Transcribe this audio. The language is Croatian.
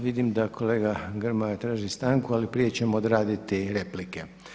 Vidim da kolega Grmoja traži stanku, ali prije ćemo odraditi replike.